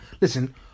Listen